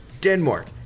Denmark